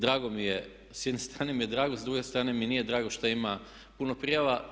Drago mi je, s jedne strane mi je drago s druge strane mi nije drago šta ima puno prijava.